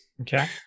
Okay